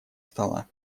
стола